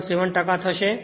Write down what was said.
7 ટકા થશે